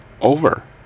over